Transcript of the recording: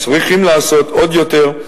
צריכים לעשות עוד יותר,